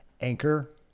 Anchor